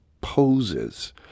poses